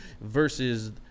versus